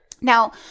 Now